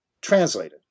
translated